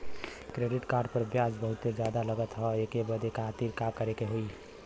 Credit card पर ब्याज बहुते ज्यादा लगत ह एके बंद करे खातिर का करे के होई?